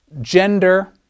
gender